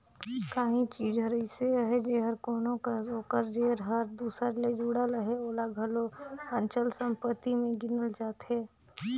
काहीं चीज हर अइसे अहे जेहर कोनो कस ओकर जेर हर दूसर ले जुड़ल अहे ओला घलो अचल संपत्ति में गिनल जाथे